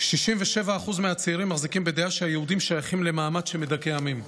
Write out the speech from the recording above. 67% מהצעירים מחזיקים בדעה שהיהודים שייכים למעמד שמדכא עמים.